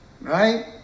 right